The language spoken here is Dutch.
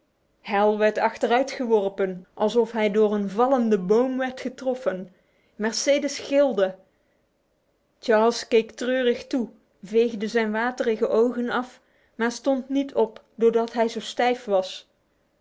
hal werd achteruitgeworpen alsof hij door een vallende boom werd getroffen mercedes gilde charles keek treurig toe veegde zijn waterige ogen af maar stond niet op doordat hij zo stijf was